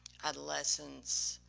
adolescence,